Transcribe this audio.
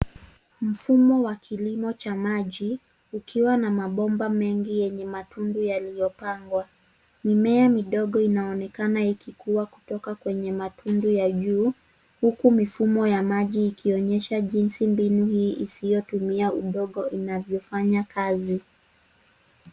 Mfumo wa kilimo cha maji ukiwa na mabomba mengi yenye matundu yaliyopangwa. Mimea midogo inaonekana ikikuwa kutoka kwenye matundu ya juu huku mifumo ya maji ikionyesha jinsi mbinu hii isiyotumia udongo inavyofanya kazi.